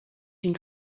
une